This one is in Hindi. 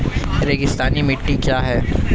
रेगिस्तानी मिट्टी क्या है?